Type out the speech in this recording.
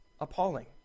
appalling